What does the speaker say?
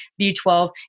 B12